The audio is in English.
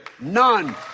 None